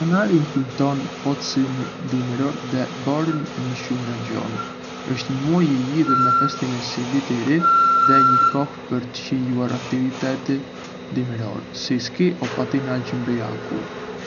Janari më kujton ftohtësinë dimërore dhe borën në shumë rajone. Është një muaj i lidhur me festime si Viti i Ri dhe një kohë për të shijuar aktivitete dimërore, si ski o patinazh mbi akull.